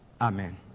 Amen